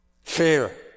Fear